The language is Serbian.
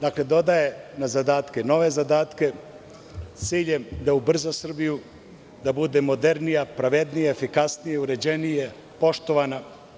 Dakle, dodaje na zadatke nove zadatke, s ciljem da ubrza Srbiju, da bude modernija, pravednija, efikasnija, uređenija, poštovana.